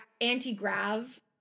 Anti-grav